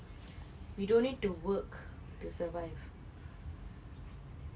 we don't need to work to survive